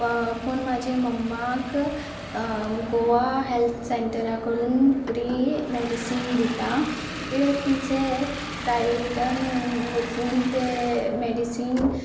वा पूण म्हाजे मम्माक गोवा हेल्थ सेंटरा कडून फ्री मॅडिसीन दिता किद्याक तिचे प्रायवेटान वचून तें मेडिसीन